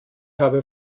habe